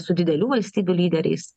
su didelių valstybių lyderiais